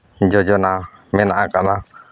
ᱡᱳᱡᱳᱱᱟ ᱢᱮᱱᱟᱜ ᱟᱠᱟᱫᱼᱟ